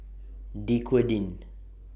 Dequadin